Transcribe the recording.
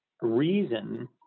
reason